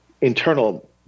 internal